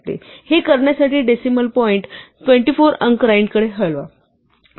हे करण्यासाठी decimal point 24 अंक राईट कडे हलवा